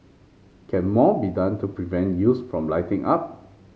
can more be done to prevent youths from lighting up